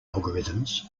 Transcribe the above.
algorithms